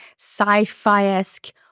sci-fi-esque